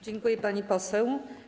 Dziękuję, pani poseł.